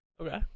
Okay